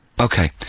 Okay